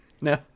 No